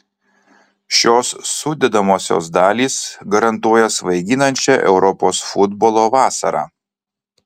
šios sudedamosios dalys garantuoja svaiginančią europos futbolo vasarą